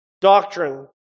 doctrine